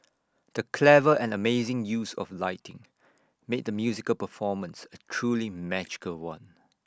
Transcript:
the clever and amazing use of lighting made the musical performance A truly magical one